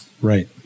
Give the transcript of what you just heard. Right